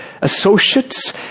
associates